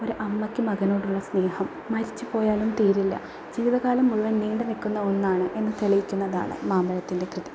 ഒരു അമ്മക്ക് മകനോടുള്ള സ്നേഹം മരിച്ച് പോയാലും തീരില്ല ജീവിതകാലം മുഴുവൻ നീണ്ട് നിൽക്കുന്ന ഒന്നാണ് എന്ന് തെളിയിക്കുന്നതാണ് മാമ്പഴത്തിൻ്റെ കൃതി